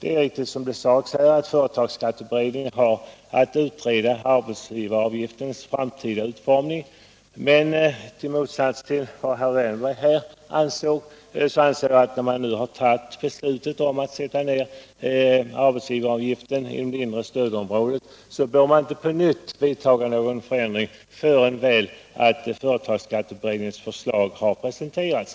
Det är riktigt, som det sades här, att företagsskatteberedningen har att utreda arbetsgivaravgiftens framtida utformning. Men i motsats till herr Wärnberg anser jag att när riksdagen 1975 beslutat om att sätta ned arbetsgivaravgiften i det inre stödområdet, bör man inte på nytt göra någon förändring innan företagsskatteberedningens förslag har presenterats.